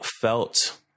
felt